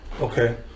Okay